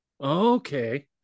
okay